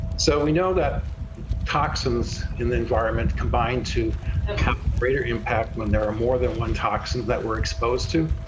so we know that toxins in the environment combined to and have greater impact when there are more than one toxins that we're exposed to.